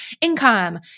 income